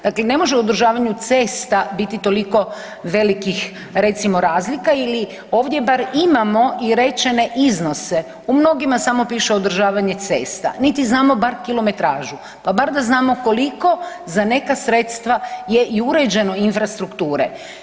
Dakle, ne može u održavanju cesta biti toliko velikih recimo razlika ili ovdje bar imamo i rečene iznose, u mnogima samo piše „održavanje cesta“, niti znamo bar kilometražu, pa bar da znamo koliko za neka sredstva je i uređeno infrastrukture.